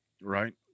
Right